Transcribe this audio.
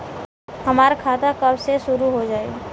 हमार खाता कब से शूरू हो जाई?